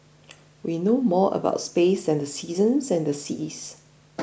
we know more about space than the seasons and the seas